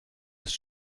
ist